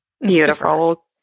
Beautiful